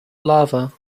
lava